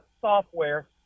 Software